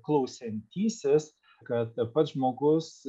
klausiantysis kad pats žmogus